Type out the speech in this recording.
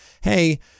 Hey